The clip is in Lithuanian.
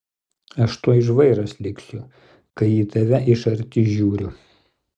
aš tuoj žvairas liksiu kai į tave iš arti žiūriu